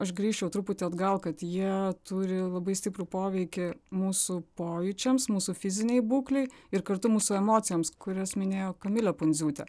aš grįžčiau truputį atgal kad jie turi labai stiprų poveikį mūsų pojūčiams mūsų fizinei būklei ir kartu mūsų emocijoms kurias minėjo kamilė pundziūtė